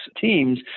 teams